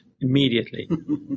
immediately